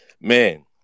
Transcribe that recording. Man